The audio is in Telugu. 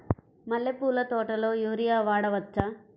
మల్లె పూల తోటలో యూరియా వాడవచ్చా?